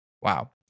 wow